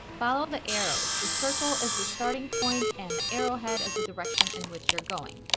follow the arrows, the circle is the starting point and arrow head as the direction in which you're going.